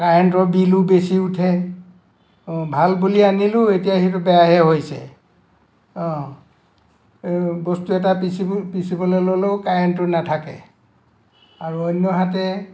কাৰেণ্টৰ বিলো বেছি উঠে ভাল বুলি আনিলো এতিয়া সেইটো বেয়াহে হৈছে বস্তু এটা পিচিবলৈ ল'লেও কাৰেণ্টটো নাথাকে আৰু অন্যহাতে